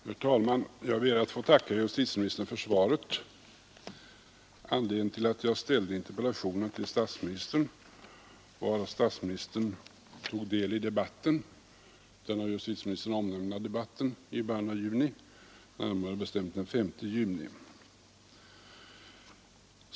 Herr talman! Jag ber att få tacka justitieministern för svaret. Anledningen till att jag ställde interpellationen till statsministern var att statsministern tog del i den av justitieministern omnämnda debatten i början av juni, närmare bestämt den 5 juni.